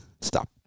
stop